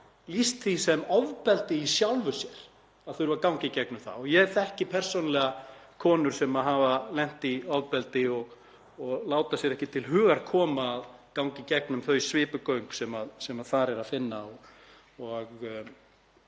lýst því sem ofbeldi í sjálfu sér að þurfa að ganga í gegnum það. Ég þekki persónulega konur sem hafa lent í ofbeldi og láta sér ekki til hugar koma að ganga í gegnum þau svipugöng sem þar er að finna og er